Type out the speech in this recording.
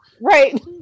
Right